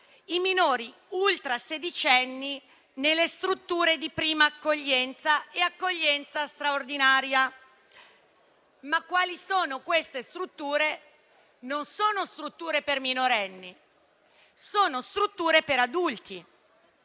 i minori ultrasedicenni nelle strutture di prima accoglienza e accoglienza straordinaria. Quali sono queste strutture? Non sono strutture per minorenni, ma per adulti.